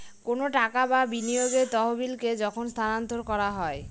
কোনো টাকা বা বিনিয়োগের তহবিলকে যখন স্থানান্তর করা হয়